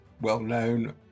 well-known